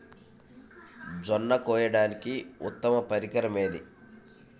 జొన్న కోయడానికి ఉత్తమ పరికరం ఏది?